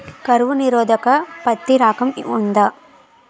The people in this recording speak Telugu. కరువు నిరోధక పత్తి రకం ఉందా?